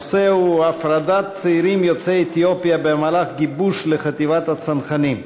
הנושא הוא: הפרדת צעירים יוצאי אתיופיה במהלך גיבוש לחטיבת הצנחנים.